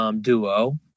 duo